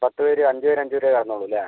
പത്ത് പേര് അഞ്ച് പേര് അഞ്ച് പേര് കിടന്നോളും അല്ലേ